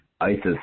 ISIS